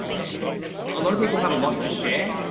a um a lot of people have a lot to share.